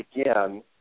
again